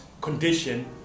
condition